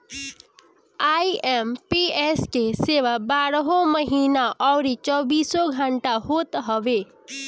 IMPS के सेवा बारहों महिना अउरी चौबीसों घंटा होत हवे